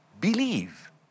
believe